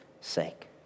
sake